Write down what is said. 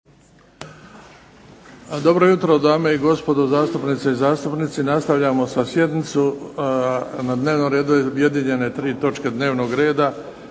(HDZ)** Dame i gospodo zastupnice i zastupnici. Nastavljamo sa sjednicom. Na dnevnu redu su objedinjene tri točke dnevnog reda,